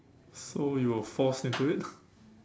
so you were forced into it